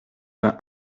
vingt